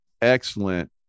excellent